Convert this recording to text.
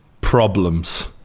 problems